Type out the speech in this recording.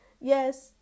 Yes